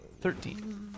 Thirteen